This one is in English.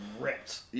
ripped